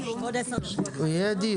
הצגתי לו את הסוגיה לעומקה,